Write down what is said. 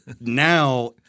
now